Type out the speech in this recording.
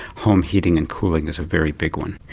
home heating and cooling is a very big one.